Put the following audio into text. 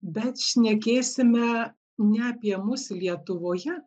bet šnekėsime ne apie mus lietuvoje